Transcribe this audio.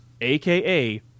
AKA